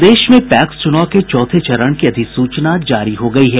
प्रदेश में पैक्स चूनाव के चौथे चरण की अधिसूचना जारी हो गयी है